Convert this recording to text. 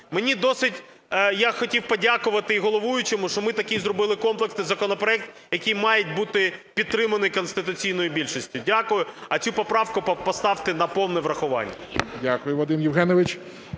Мені досить... Я хотів подякувати головуючому, що ми такий зробили комплексний законопроект, який має бути підтриманий конституційною більшістю. Дякую. А цю поправку поставте на повне врахування. ГОЛОВУЮЧИЙ. Дякую, Вадиме Євгеновичу.